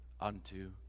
unto